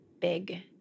big